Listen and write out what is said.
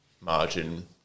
margin